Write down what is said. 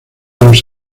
los